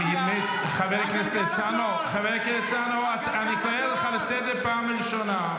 חבר הכנסת הרצנו, אני קורא אותך לסדר פעם ראשונה.